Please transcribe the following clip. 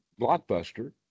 Blockbuster